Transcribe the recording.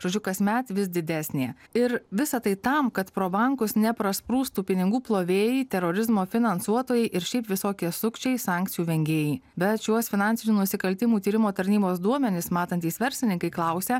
žodžiu kasmet vis didesnė ir visa tai tam kad pro bankus neprasprūstų pinigų plovėjai terorizmo finansuotojai ir šiaip visokie sukčiai sankcijų vengėjai bet šiuos finansinių nusikaltimų tyrimo tarnybos duomenis matantys verslininkai klausia